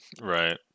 Right